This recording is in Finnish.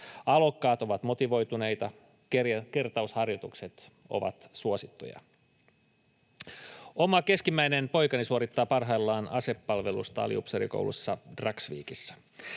Alokkaat ovat motivoituneita, kertausharjoitukset ovat suosittuja. Oma keskimmäinen poikani suorittaa parhaillaan asepalvelusta aliupseerikoulussa Dragsvikissä.